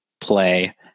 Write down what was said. play